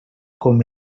com